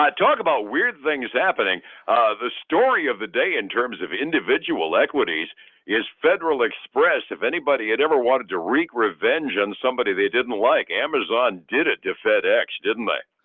talking about weird things happening the story of the day in terms of individual equities is federal express. if anybody had ever wanted to wreak revenge on somebody they didn't like, amazon did it to fedex, didn't like